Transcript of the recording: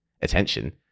attention